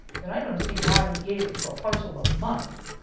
then i don't see why he gave it to a parcel of monks,